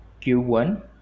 Q1